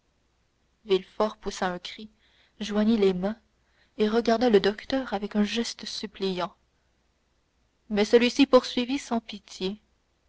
villefort poussa un cri joignit les mains et regarda le docteur avec un geste suppliant mais celui-ci poursuivit sans pitié